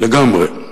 לגמרי.